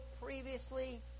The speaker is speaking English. previously